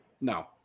No